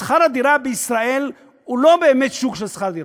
שכר-הדירה בישראל הוא לא באמת שוק של שכר-דירה.